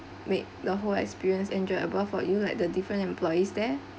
make the whole experience enjoyable for you like the different employees there